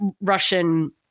Russian